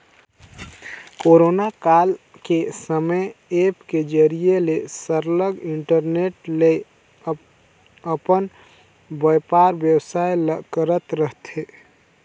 corona काल के समे ऐप के जरिए ले सरलग इंटरनेट ले अपन बयपार बेवसाय ल करत रहथें